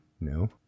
No